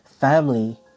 Family